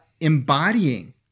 embodying